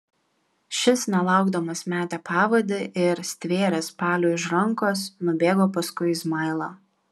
šis nelaukdamas metė pavadį ir stvėręs paliui už rankos nubėgo paskui izmailą